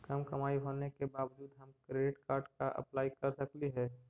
कम कमाई होने के बाबजूद हम क्रेडिट कार्ड ला अप्लाई कर सकली हे?